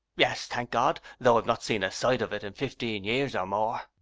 yes, thank god, though i've not seen a sight of it in fifteen years or more.